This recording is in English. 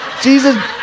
Jesus